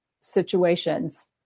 situations